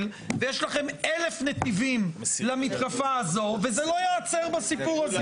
ויש לכם אלף נתיבים למתקפה הזו וזה לא ייעצר בסיפור הזה.